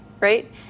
right